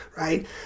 right